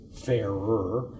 fairer